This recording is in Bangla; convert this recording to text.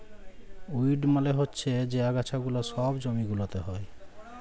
উইড মালে হচ্যে যে আগাছা গুলা সব জমি গুলাতে হ্যয়